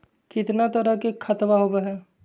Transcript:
कितना तरह के खातवा होव हई?